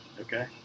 Okay